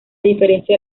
diferencia